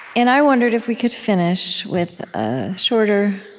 and i wondered if we could finish with a shorter